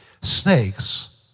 Snakes